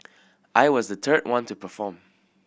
I was the third one to perform